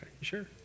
sure